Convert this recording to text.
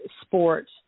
sport